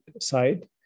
side